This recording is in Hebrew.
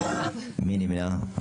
5. מי נמנע?